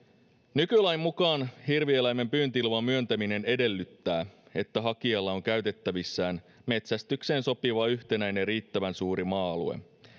nykylain mukaan hirvieläimen pyyntiluvan myöntäminen edellyttää että hakijalla on käytettävissään metsästykseen sopiva yhtenäinen ja riittävän suuri maa alue